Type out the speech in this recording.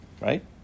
Right